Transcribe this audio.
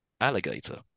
alligator